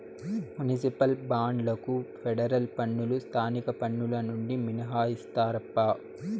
municipal బాండ్లకు federal పన్నులు స్థానిక పన్నులు నుండి మినహాయిస్తారప్పా